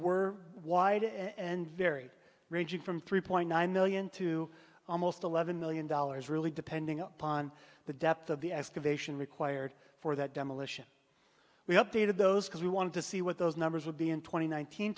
were wide and varied ranging from three point nine million to almost eleven million dollars really depending upon the depth of the excavation required for that demolition we updated those because we wanted to see what those numbers would be in twenty